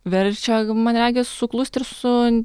verčia man regis suklusti ir su